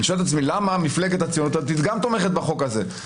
אני שואל את עצמי למה מפלגת הציונות הדתית גם תומכת בחוק הזה.